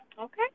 Okay